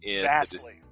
Vastly